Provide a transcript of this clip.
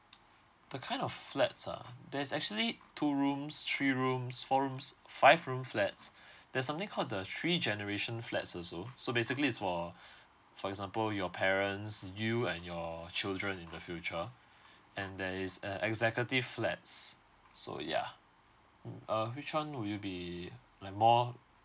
the kind of flats ah there's actually two rooms three rooms four rooms five room flats there's something called the three generation flats also so basically is for for example your parents you and your children in the future and there is a executive flats so yeah mm uh which one would you be like more